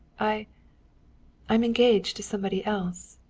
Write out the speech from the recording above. i i am engaged to somebody else.